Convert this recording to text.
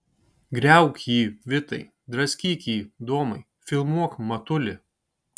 griauk jį vitai draskyk jį domai filmuok matuli